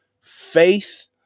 faith